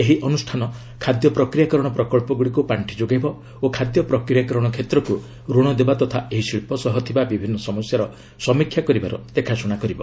ଏହି ଅନୁଷ୍ଠାନ ଖାଦ୍ୟ ପ୍ରକ୍ରିୟାକରଣ ପ୍ରକଚ୍ଚଗୁଡ଼ିକୁ ପାଖି ଯୋଗାଇବ ଓ ଖାଦ୍ୟ ପ୍ରକ୍ରିୟାକରଣ କ୍ଷେତ୍ରକୁ ଋଣ ଦେବା ତଥା ଏହି ଶିଳ୍ପ ସହ ଥିବା ବିଭିନ୍ନ ସମସ୍ୟାର ସମୀକ୍ଷା କରିବାର ଦେଖାଶୁଣା କରିବ